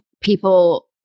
people